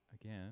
Again